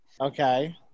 Okay